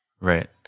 Right